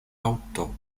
alto